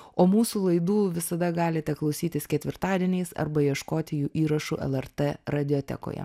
o mūsų laidų visada galite klausytis ketvirtadieniais arba ieškoti jų įrašų lrt radiotekoje